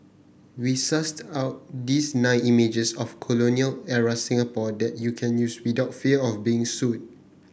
we sussed out these nine images of colonial era Singapore that you can use without fear of being sued